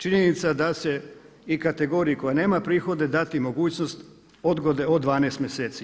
Činjenica i da se kategoriju koja nema prihode dati mogućnost odgode od 12 mjeseci.